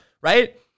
right